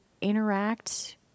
interact